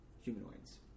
humanoids